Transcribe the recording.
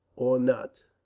or not.